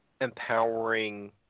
empowering